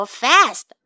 fast